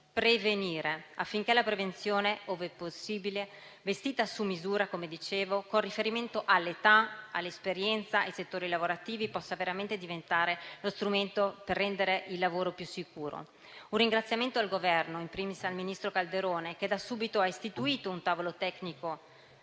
prevenire, affinché la prevenzione, ove possibile, confezionata su misura con riferimento all'età, all'esperienza e ai settori lavorativi, possa veramente diventare lo strumento per rendere il lavoro più sicuro. Un ringraziamento va al Governo e *in primis* al ministro Calderone che da subito ha istituito un tavolo tecnico